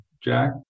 Jack